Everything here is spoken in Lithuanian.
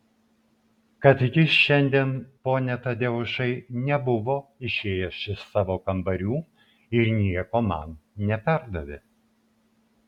kad jis šiandien pone tadeušai nebuvo išėjęs iš savo kambarių ir nieko man neperdavė